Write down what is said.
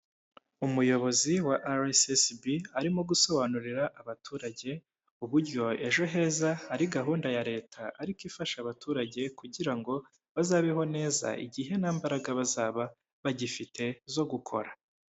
Umuyobozi wa rssb arimo gusobanurira abaturage, uburyo Ejo Heza ari gahunda ya leta ariko ifasha abaturage kugira ngo bazabeho neza, igihe nta mbaraga bazaba bagifite zo gukora.